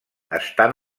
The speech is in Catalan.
estan